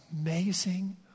amazing